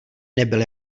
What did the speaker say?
nebyl